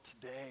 today